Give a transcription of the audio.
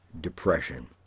depression